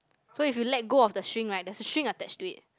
so if you let go of the string right there's a string attached to it